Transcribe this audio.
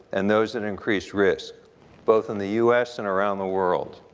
and those at increase risk both in the us and around the world.